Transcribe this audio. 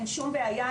אין שום בעיה,